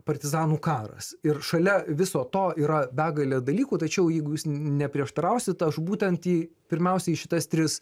partizanų karas ir šalia viso to yra begalė dalykų tačiau jeigu jūs neprieštarausit aš būtent į pirmiausia į šitas tris